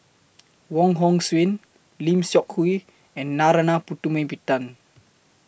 Wong Hong Suen Lim Seok Hui and Narana Putumaippittan